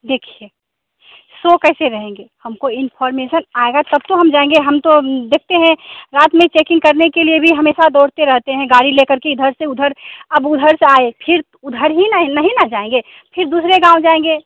देखिए सो कैसे रहेंगे हमको इंफ़ार्मेसन आएगा तब तो हम जाएँगे हम तो देखते हैं रात में चेकिंग करने के लिए भी हमेशा दौड़ते रहते हैं गाड़ी लेकर के इधर से उधर अब उधर से आए फिर उधर ही नहीं न नहीं न जाएँगे फिर दूसरे गाँव जाएँगे